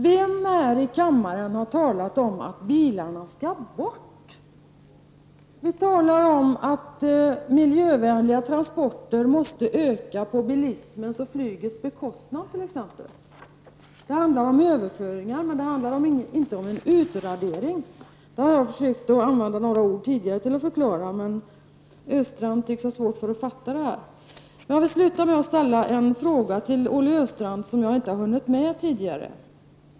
Vem i kammaren har talat om att bilarna skall bort? Vi talar om att miljövänliga transporter måste öka på bilismens och flygets bekostnad, t.ex. Det handlar om överförande, inte om utradering. Jag har försökt använda några ord tidigare för att förklara detta, men Olle Östrand tycks ha svårt att fatta detta. Jag vill avsluta med två frågor som jag inte hunnit med tidigare.